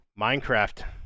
Minecraft